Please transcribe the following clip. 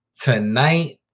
tonight